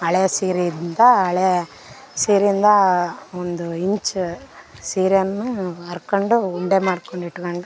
ಹಳೆ ಸೀರೆಯಿಂದ ಹಳೆ ಸೀರೆಯಿಂದ ಒಂದು ಇಂಚು ಸೀರೆಯನ್ನು ಹರ್ಕೊಂಡು ಉಂಡೆ ಮಾಡ್ಕೊಂಡು ಇಟ್ಕೊಂಡು